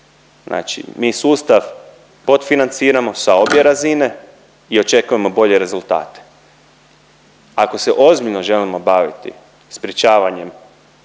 Znači mi sustav podfinanciramo sa obje razine i očekujemo bolje rezultate. Ako se ozbiljno želimo baviti sprječavanjem